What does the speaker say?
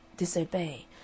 disobey